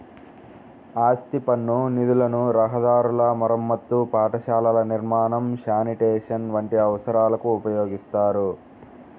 ఆస్తి పన్ను నిధులను రహదారుల మరమ్మతు, పాఠశాలల నిర్మాణం, శానిటేషన్ వంటి అవసరాలకు ఉపయోగిత్తారు